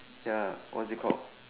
ya what is it called